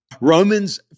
roman's